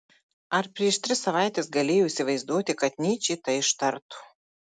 ar prieš tris savaites galėjo įsivaizduoti kad nyčė tai ištartų